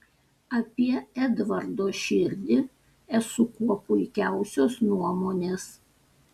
apie edvardo širdį esu kuo puikiausios nuomonės